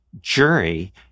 jury